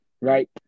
right